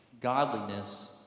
godliness